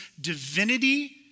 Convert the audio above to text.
divinity